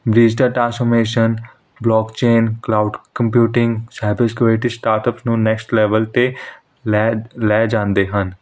digital transformation blockchain cloud computing cyber security startup ਨੂੰ next level 'ਤੇ ਲੈ ਲੈ ਜਾਂਦੇ ਹਨ